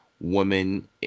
women